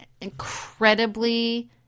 incredibly